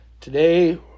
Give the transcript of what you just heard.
today